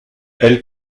elle